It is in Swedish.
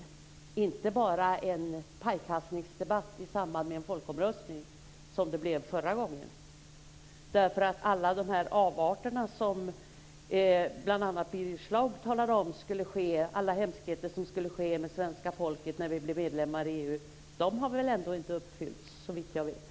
Det är inte bara fråga om en pajkastningsdebatt i samband med en folkomröstning som det blev förra gången. Bl.a. Birger Schlaug talade om alla hemskheter som skulle ske med svenska folket när vi blev medlemmar i EU. Men de har såvitt jag vet inte inträffat.